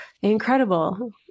incredible